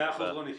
מאה אחוז, רוני.